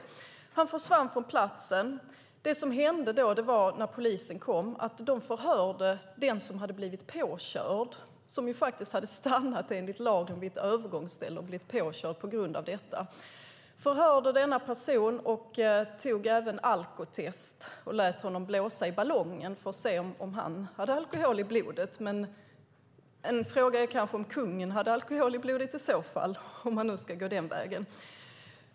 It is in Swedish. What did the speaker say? Kungen försvann från platsen. Det som hände när polisen kom var att de förhörde den som hade blivit påkörd, som faktiskt hade stannat, enligt lagen, vid ett övergångsställe. På grund av detta hade den personen blivit påkörd. De förhörde denna person. De gjorde även alkotest och lät honom blåsa i ballongen för att se om han hade alkohol i blodet. En fråga är kanske om kungen hade alkohol i blodet, om man nu ska gå den vägen.